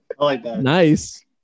Nice